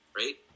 right